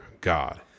God